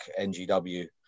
NGW